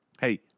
Hey